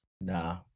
Nah